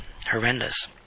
horrendous